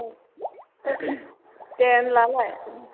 औ दे होनब्लालाय